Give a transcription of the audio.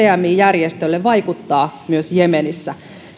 cmi järjestölle vaikuttaa myös jemenissä